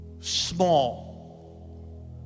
small